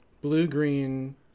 Blue-green